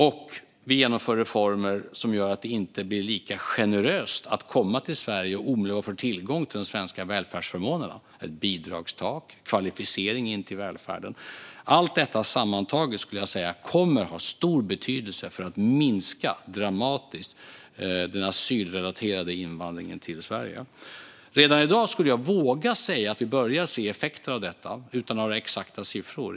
Och vi genomför reformer som gör att det inte blir lika generöst att komma till Sverige och omedelbart få tillgång till de svenska välfärdsförmånerna - ett bidragstak och kvalificering in till välfärden. Allt detta sammantaget, skulle jag säga, kommer att ha stor betydelse för att dramatiskt minska den asylrelaterade invandringen till Sverige. Redan i dag, skulle jag våga säga, börjar vi se effekter av detta, utan att jag har några exakta siffror.